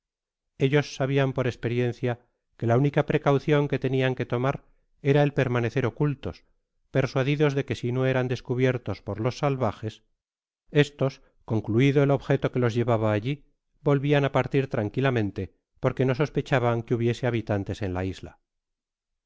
ellos sabian por esperiencia que la única precaucion que tenian que tomar era el permanecer ocultos persuadidos de que si no erán descubiertos por ios saljrajes estos concluido el objeto que los llevaba alli volvian á partir tran quitamente porque no sospechaban que hubiese habitantes en la isla